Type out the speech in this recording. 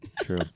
True